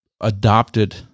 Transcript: adopted